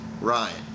Ryan